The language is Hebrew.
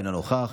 אינו נוכח,